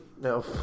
No